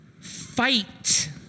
fight